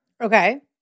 Okay